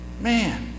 man